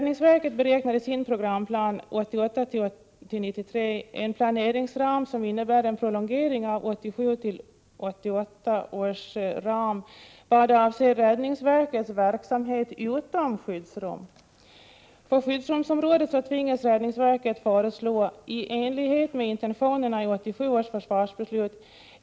Närmare hälften av Sveriges befolkning bor i de tre storstadsområdena Stockholm, Göteborg och Malmö.